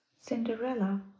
Cinderella